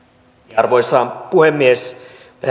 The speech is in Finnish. arvoisa puhemies